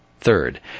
Third